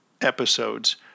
episodes